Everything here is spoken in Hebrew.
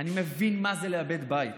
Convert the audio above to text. אני מבין מה זה לאבד בית.